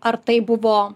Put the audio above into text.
ar tai buvo